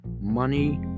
money